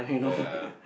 ya